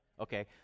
Okay